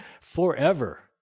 forever